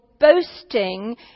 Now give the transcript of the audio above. boasting